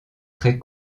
très